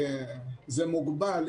זה מוגבל.